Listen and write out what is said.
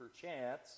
perchance